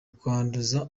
kwanduza